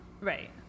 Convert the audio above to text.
Right